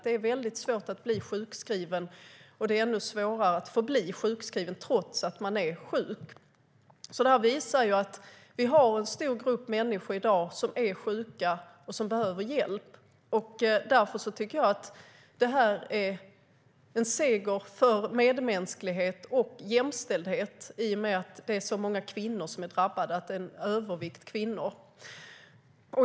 Det är väldigt svårt att bli sjukskriven, och det är ännu svårare förbli sjukskriven trots att man är sjuk. Detta visar att vi i dag har en stor grupp människor som är sjuka och som behöver hjälp. Jag tycker att det är en seger för medmänsklighet och jämställdhet i och med att det är så många kvinnor som är drabbade. Det är en övervikt kvinnor.